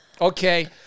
Okay